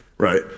right